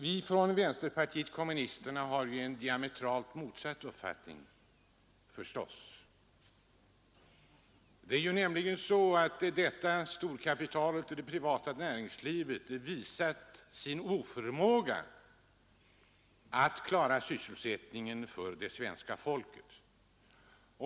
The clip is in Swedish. Vi från vänsterpartiet kommunisterna har förstås en diametralt motsatt uppfattning. Storkapitalet och det privata näringslivet har nämligen visat sin oförmåga att klara sysselsättningen för svenska folket.